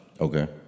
Okay